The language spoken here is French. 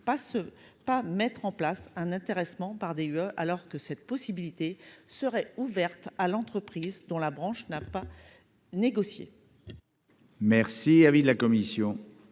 donc pas mettre en place un intéressement par DUE, alors que cette possibilité serait ouverte à l'entreprise dont la branche n'a pas négocié. Quel est l'avis de la commission